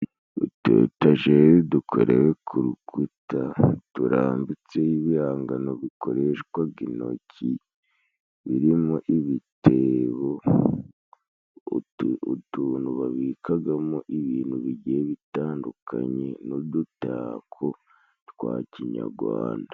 Utuyetajeri dukorewe ku rukuta turambitseho ibihangano bikoreshwaga intoki, birimo ibitebo utuntu babikagamo ibintu bigiye bitandukanye n'udutako twa kinyagwanda.